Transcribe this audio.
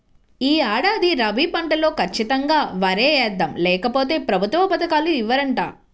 యీ ఏడాది రబీ పంటలో ఖచ్చితంగా వరే యేద్దాం, లేకపోతె ప్రభుత్వ పథకాలు ఇవ్వరంట